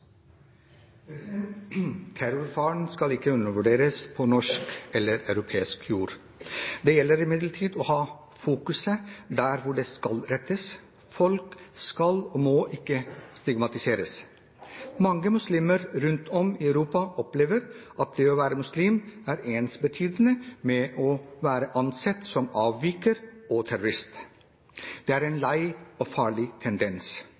Terrorfaren skal ikke undervurderes på norsk eller europeisk jord. Det gjelder imidlertid å ha fokuset der det skal være. Folk skal og må ikke stigmatiseres. Mange muslimer rundt om i Europa opplever at det å være muslim er ensbetydende med å være ansett som avviker og terrorist. Det er en lei og farlig tendens.